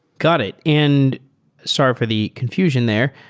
got it. and sorry for the confusion there.